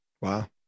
wow